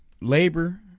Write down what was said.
labor